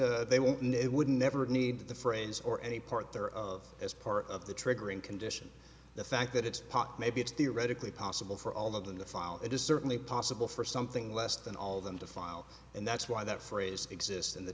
that they wouldn't it would never need the phrase or any part thereof as part of the triggering condition the fact that it's pot maybe it's theoretically possible for all of them to file it is certainly possible for something less than all of them to file and that's why that phrase exists in the